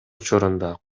учурунда